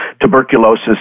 Tuberculosis